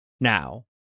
now